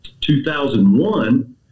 2001